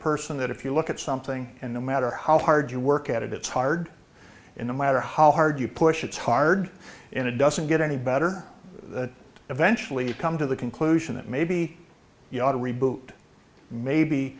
person that if you look at something and no matter how hard you work at it it's hard in a matter how hard you push it's hard in a doesn't get any better the eventually you come to the conclusion that maybe you ought to reboot maybe